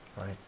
Right